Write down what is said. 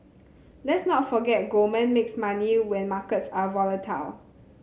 let's not forget Goldman makes money when markets are volatile